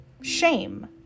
shame